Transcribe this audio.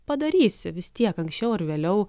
padarysi vis tiek anksčiau ar vėliau